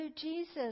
Jesus